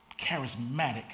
charismatic